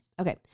Okay